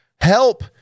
help